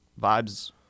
vibes